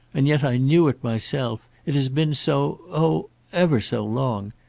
and yet i knew it myself! it has been so oh ever so long!